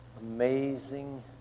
Amazing